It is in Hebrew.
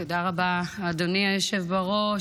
תודה רבה, אדוני היושב-ראש.